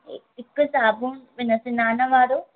हिकु साबुणु हिन सनान वारो